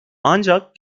ancak